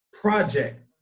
project